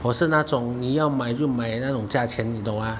我是那种你要买就买那种价钱你懂吗